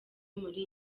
muri